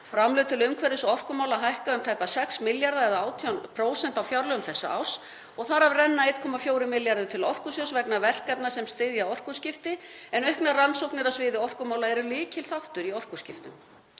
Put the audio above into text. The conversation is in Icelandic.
Framlög til umhverfis- og orkumála hækka um tæpa 6 milljarða, eða 18%, á fjárlögum þessa árs og þar af renna 1,4 milljarðar til Orkusjóðs vegna verkefna sem styðja orkuskipti. Auknar rannsóknir á sviði orkumála eru lykilþáttur í orkuskiptum.